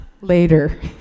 later